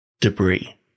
debris